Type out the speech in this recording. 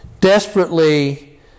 desperately